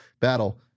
battle